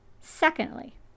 Secondly